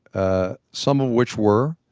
ah some of which were